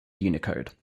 unicode